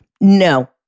no